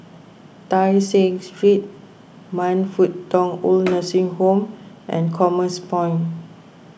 Tai Seng Street Man Fut Tong Old Nursing Home and Commerce Point